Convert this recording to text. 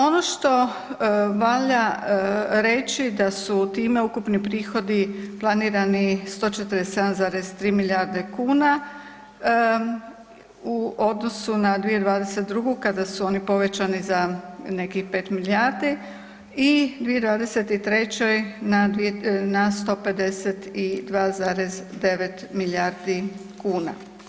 Ono što valja reći da su time ukupni prihodi planirani 147,3 milijarde kuna u odnosu na 2022. kada su oni povećani za nekih 5 milijardi i 2023. na 152,9 milijardi kuna.